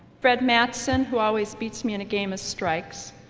fred madsen who always beats me in a game of strikes,